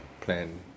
plan